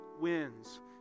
Wins